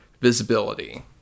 visibility